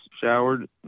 showered